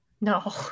No